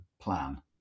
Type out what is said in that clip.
plan